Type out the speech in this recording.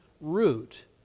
root